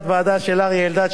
יש תת-ועדה של אריה אלדד,